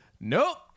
Nope